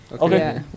Okay